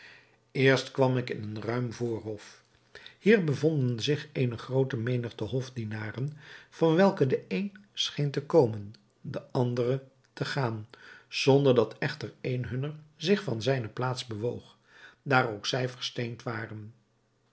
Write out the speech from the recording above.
eerst kwam ik in een ruim voorhof hier bevonden zich eene groote menigte hofdienaren van welke de een scheen te komen de andere te gaan zonder dat echter een hunner zich van zijne plaats bewoog daar ook zij versteend waren